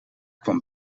kwam